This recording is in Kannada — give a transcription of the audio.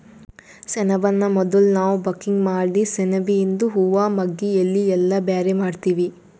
ಸೆಣಬನ್ನ ಮೊದುಲ್ ನಾವ್ ಬಕಿಂಗ್ ಮಾಡಿ ಸೆಣಬಿಯಿಂದು ಹೂವಾ ಮಗ್ಗಿ ಎಲಿ ಎಲ್ಲಾ ಬ್ಯಾರೆ ಮಾಡ್ತೀವಿ